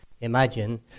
imagine